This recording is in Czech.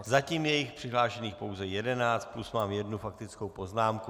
Zatím je jich přihlášených pouze jedenáct plus mám jednu faktickou poznámku.